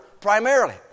primarily